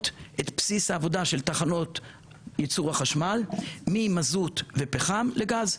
את בסיס העבודה של תחנות יצור החשמל ממזוט ופחם לגז.